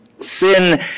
Sin